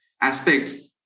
aspects